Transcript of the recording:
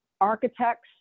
architects